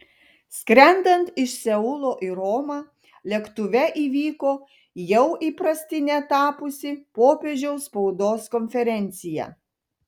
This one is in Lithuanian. skrendant iš seulo į romą lėktuve įvyko jau įprastine tapusi popiežiaus spaudos konferencija